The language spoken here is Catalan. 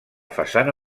façana